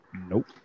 Nope